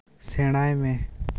ᱥᱮᱬᱟᱭ ᱢᱮ